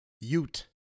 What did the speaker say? Ute